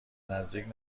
نزدیک